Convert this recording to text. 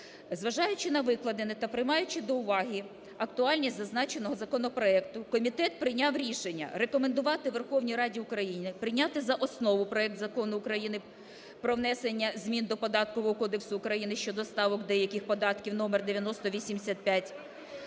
Зважаючи на викладене та приймаючи до уваги актуальність зазначеного законопроекту, комітет прийняв рішення рекомендувати Верховній Раді України прийняти за основу проект Закону України про внесення змін до Податкового кодексу України щодо ставок деяких податків (№ 9085).